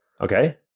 okay